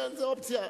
זה אופציה.